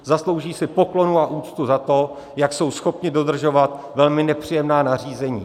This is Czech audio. Zaslouží si poklonu a úctu za to, jak jsou schopni dodržovat velmi nepříjemná nařízení.